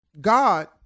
God